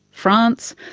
france,